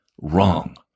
Wrong